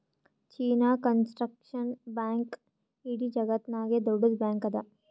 China construction bank ಇಡೀ ಜಗತ್ತನಾಗೆ ದೊಡ್ಡುದ್ ಬ್ಯಾಂಕ್ ಅದಾ